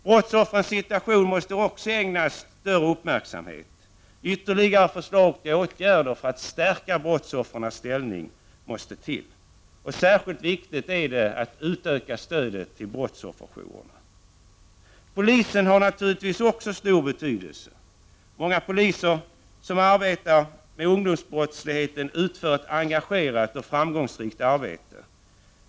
Brottsoffrens situation måste också ägnas större uppmärksamhet. Ytterligare förslag till åtgärder för att stärka brottsoffrens ställning måste till. Särskilt viktigt är det att utöka stödet till brottsofferjourerna. Polisen har naturligtvis också stor betydelse. Många poliser som arbetar med ungdomsbrottsligheten utför ett engagerat och framgångsrikt arbete.